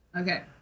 okay